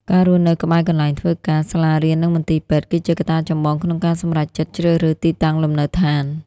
ការរស់នៅក្បែរកន្លែងធ្វើការ សាលារៀន និងមន្ទីរពេទ្យ គឺជាកត្តាចម្បងក្នុងការសម្រេចចិត្តជ្រើសរើសទីតាំងលំនៅឋាន។